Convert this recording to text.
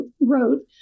wrote